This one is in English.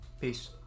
Peace